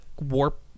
warp